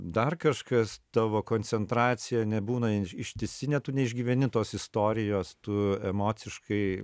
dar kažkas tavo koncentracija nebūna ištisinė tu neišgyveni tos istorijos tu emociškai